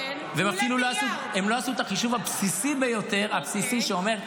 והם אפילו לא עשו את החישוב הבסיסי ביותר שאומר,